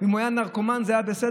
אם הוא היה נרקומן זה היה בסדר,